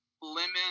lemon